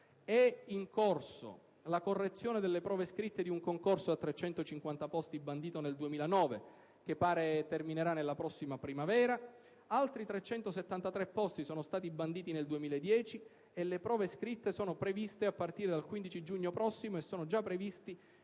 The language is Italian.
È in corso la correzione delle prove scritte di un concorso a 350 posti bandito nel 2009, che pare terminerà nella prossima primavera; altri 373 posti sono stati banditi nel 2010 (le prove scritte sono previste a partire dal 15 giugno prossimo) e sono già previsti